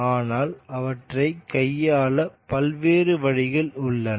ஆனால் அவற்றைக் கையாள பல்வேறு வழிகள் உள்ளன